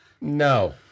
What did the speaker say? No